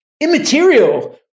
immaterial